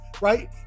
right